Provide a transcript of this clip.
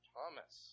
Thomas